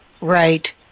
right